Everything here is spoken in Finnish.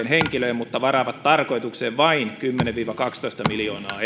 henkilöön mutta varaavat tarkoitukseen vain kymmenen viiva kaksitoista miljoonaa